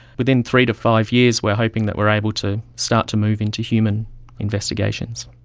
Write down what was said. within three to five years we are hoping that we are able to start to move into human investigations.